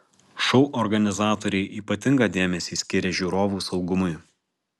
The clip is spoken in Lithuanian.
šou organizatoriai ypatingą dėmesį skiria žiūrovų saugumui